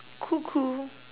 cool cool